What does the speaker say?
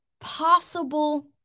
possible